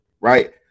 right